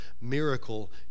miracle